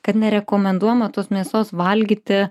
kad nerekomenduojama tos mėsos valgyti